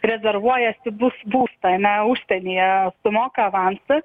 rezervuojasi bus būstą ar ne užsienyje sumoka avansą